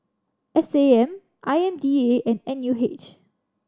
S A M I M D A and N U H